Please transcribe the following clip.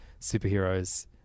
superheroes